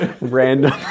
random